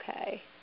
Okay